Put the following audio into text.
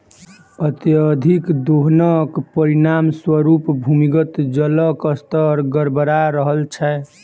अत्यधिक दोहनक परिणाम स्वरूप भूमिगत जलक स्तर गड़बड़ा रहल छै